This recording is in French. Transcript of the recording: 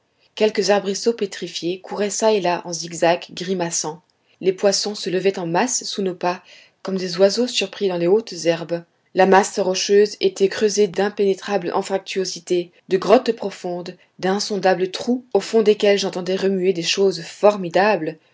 quelques arbrisseaux pétrifiés couraient çà et là en zigzags grimaçants les poissons se levaient en masse sous nos pas comme des oiseaux surpris dans les hautes herbes la masse rocheuse était creusée d'impénétrables anfractuosités de grottes profondes d'insondables trous au fond desquels j'entendais remuer des choses formidables